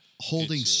holding